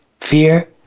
fear